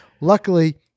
Luckily